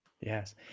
Yes